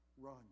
run